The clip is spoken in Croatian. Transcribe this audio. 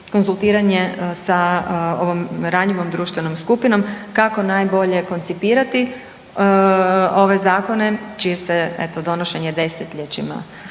sa ovom ranjivom društvenom skupinom, kako najbolje koncipirati ove zakone, čije se, eto, donošenje desetljećima